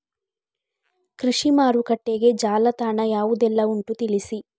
ಕೃಷಿ ಮಾರುಕಟ್ಟೆಗೆ ಜಾಲತಾಣ ಯಾವುದೆಲ್ಲ ಉಂಟು ತಿಳಿಸಿ